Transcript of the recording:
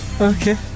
Okay